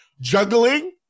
juggling